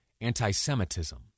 anti-Semitism